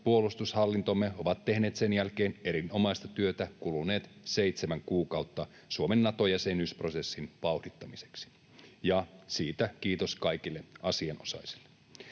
puolustushallintomme ovat tehneet sen jälkeen erinomaista työtä kuluneet seitsemän kuukautta Suomen Nato-jäsenyysprosessin vauhdittamiseksi, ja siitä kiitos kaikille asianosaisille.